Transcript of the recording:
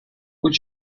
would